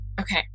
Okay